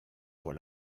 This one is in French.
pour